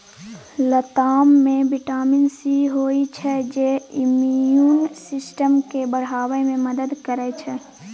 लताम मे vitamin C होइ छै जे इम्युन सिस्टम केँ बढ़ाबै मे मदद करै छै